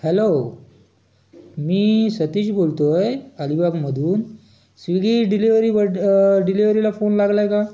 hello मी सतीश बोलत आहे अलीबागमधून स्वीगी डिलिवरी बड डिलिवरीला फोन लागला आहे का